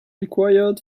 required